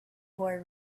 boy